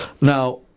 Now